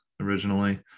originally